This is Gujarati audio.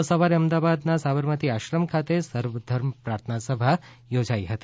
આજે સવારે અમદાવાદના સાબરમતી આશ્રમ ખાતે સર્વધર્મ પ્રાર્થના સભા યોજાઇ હતી